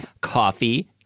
coffee